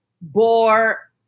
bore